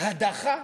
הדחה